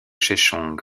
sheshonq